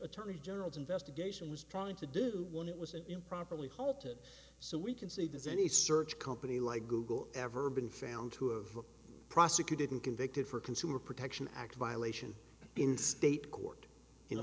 attorney general's investigation was trying to do when it was an improperly halted so we can say there's any search company like google ever been found to have prosecuted and convicted for consumer protection act violation in state court you know